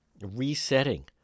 Resetting